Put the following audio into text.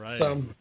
Right